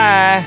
Bye